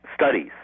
studies